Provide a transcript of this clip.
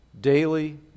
daily